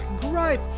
growth